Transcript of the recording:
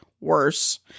worse